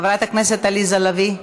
חברת הכנסת עליזה לביא,